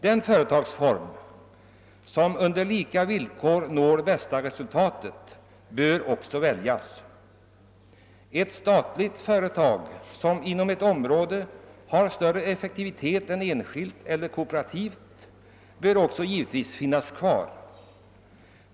Den företagsform som under lika villkor når det bästa resultatet bör också väljas. Ett statligt företag som inom sitt område uppvisar större effektivitet än ett enskilt eller ett kooperativt bör också givetvis finnas kvar.